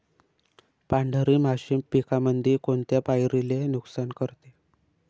पांढरी माशी पिकामंदी कोनत्या पायरीले नुकसान करते?